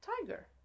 tiger